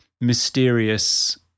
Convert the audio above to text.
mysterious